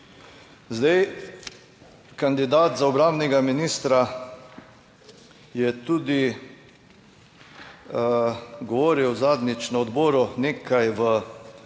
Zdaj, kandidat za obrambnega ministra je tudi govoril zadnjič na odboru, nekaj v